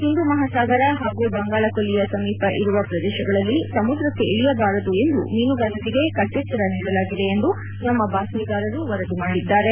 ಹಿಂದೂ ಮಹಾಸಾಗರ ಹಾಗೂ ಬಂಗಾಳಕೊಲ್ಲಿಯ ಸಮೀಪ ಇರುವ ಪ್ರದೇಶಗಳಲ್ಲಿ ಸಮುದ್ರಕ್ಕೆ ಇಳಿಯಬಾರದು ಎಂದು ಮೀನುಗಾರರಿಗೆ ಕಟ್ಟೆಚ್ಚರ ನೀಡಲಾಗಿದೆ ಎಂದು ನಮ್ಮ ಬಾತ್ಲೀದಾರರು ವರದಿ ಮಾಡಿದ್ದಾರೆ